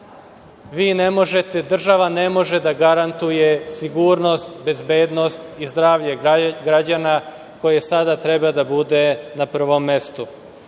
vi ne možete, država ne može da garantuje sigurnost, bezbednost i zdravlje građana koje sada treba da bude na prvom mestu. Isto